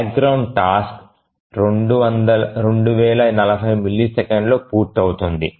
background task 2040 మిల్లీసెకన్లలో పూర్తవుతుంది